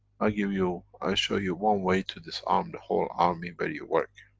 i give you. i show you one way to disarm the whole army where you work.